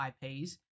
IPs